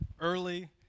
early